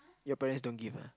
your parents don't give ah